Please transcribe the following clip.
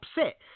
upset